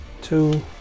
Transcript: two